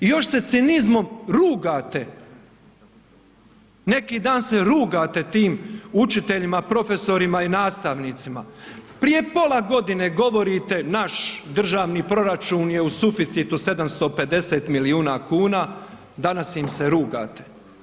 I još se cinizmom rugate, neki dan se rugate tim učiteljima, profesorima i nastavnicima, prije pola godine govorite naš državni proračun je u suficitu 750 milijuna kuna, danas im se rugate.